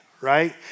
right